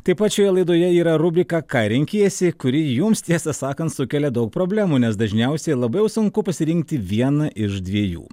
taip pat šioje laidoje yra rubrika ką renkiesi kuri jums tiesą sakant sukelia daug problemų nes dažniausiai labiau jau sunku pasirinkti vieną iš dviejų